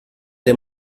der